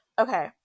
Okay